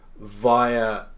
via